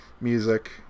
music